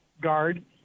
guard